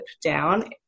down